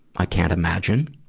i can't imagine,